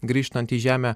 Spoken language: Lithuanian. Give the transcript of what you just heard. grįžtant į žemę